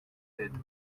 d’aide